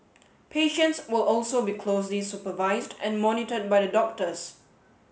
patients will also be closely supervised and monitored by the doctors